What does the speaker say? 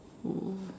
oh